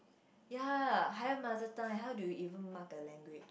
ya higher mother tongue eh how do you even mug a language